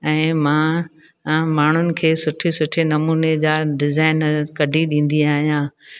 ऐं मां आम माण्हुनि खे सुठे सुठे नमूने जा डिज़ाइन कढी ॾींदी आहियां